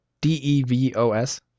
D-E-V-O-S